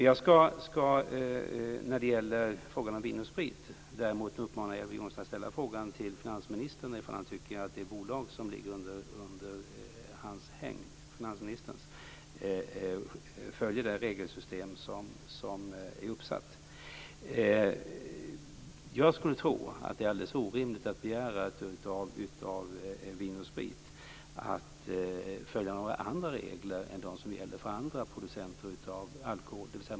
Jag skall när det gäller frågan om Vin & Sprit däremot uppmana Elver Jonsson att ställa frågan till finansministern ifall han tycker att det bolag som ligger under hans hägn följer det regelsystem som är uppsatt. Jag tror att det är alldeles orimligt att begära av Vin & Sprit att det skall följa några andra regler än de som gäller för andra producenter av alkohol.